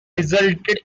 resulted